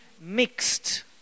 mixed